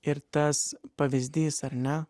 ir tas pavyzdys ar ne